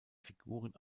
figuren